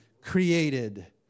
created